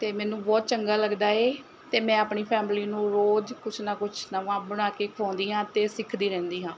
ਅਤੇ ਮੈਨੂੰ ਬਹੁਤ ਚੰਗਾ ਲੱਗਦਾ ਹੈ ਅਤੇ ਮੈਂ ਆਪਣੀ ਫੈਮਿਲੀ ਨੂੰ ਰੋਜ਼ ਕੁਛ ਨਾ ਕੁਛ ਨਵਾਂ ਬਣਾ ਕੇ ਖਵਾਉਂਦੀ ਹਾਂ ਅਤੇ ਸਿੱਖਦੀ ਰਹਿੰਦੀ ਹਾਂ